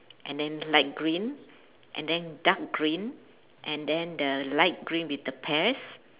and then light green and then dark green and then the light green with the pears